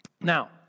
Now